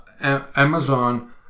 amazon